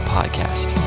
Podcast